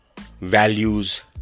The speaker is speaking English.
values